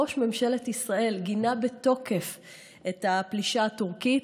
ראש ממשלת ישראל גינה בתוקף את הפלישה הטורקית.